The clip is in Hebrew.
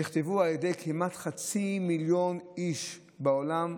שנכתבו על ידי כמעט חצי מיליון איש בעולם.